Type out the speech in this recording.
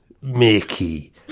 Mickey